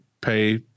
pay